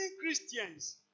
Christians